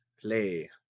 play